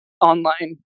online